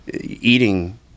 Eating